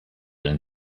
and